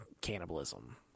cannibalism